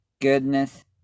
goodness